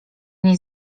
nie